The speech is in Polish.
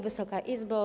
Wysoka Izbo!